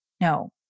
No